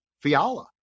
Fiala